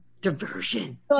Diversion